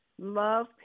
love